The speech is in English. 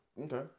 okay